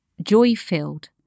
joy-filled